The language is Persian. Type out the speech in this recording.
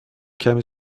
کمی